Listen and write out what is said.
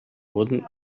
wurden